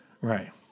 Right